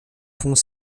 font